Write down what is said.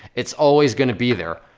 it's always gonna be there,